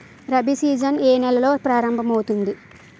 Rabi season ఏ నెలలో ప్రారంభమౌతుంది?